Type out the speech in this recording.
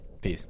peace